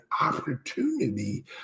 opportunity